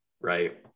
Right